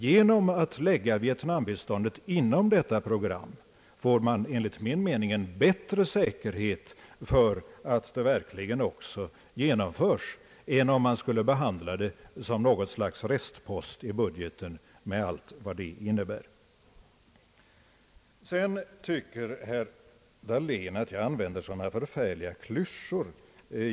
Genom att lägga vietnambiståndet inom detta program får man enligt min mening en större säkerhet för att det verkligen också genomförs än om man skulle behandla det som något slags restpost i budgeten med allt vad det innebär. Herr Dahlén tycker att jag använder sådana förfärliga klyschor.